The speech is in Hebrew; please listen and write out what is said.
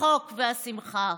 הצחוק והשמחה?